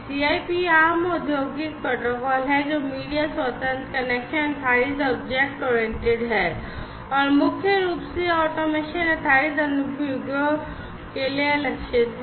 CIP आम औद्योगिक protocol है जो मीडिया स्वतंत्र कनेक्शन आधारित ऑब्जेक्ट ओरिएंटेड है और मुख्य रूप से ऑटोमेशन आधारित अनुप्रयोगों के लिए लक्षित है